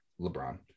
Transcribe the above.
LeBron